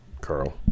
Carl